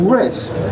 risk